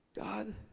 God